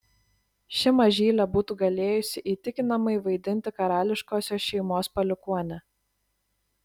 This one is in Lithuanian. ši mažylė būtų galėjusi įtikinamai vaidinti karališkosios šeimos palikuonę